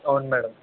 అవును మ్యాడం